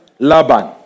Laban